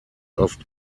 oft